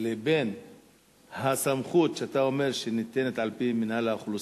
לבין הסמכות שאתה אומר שניתנת על-פי מינהל האוכלוסין,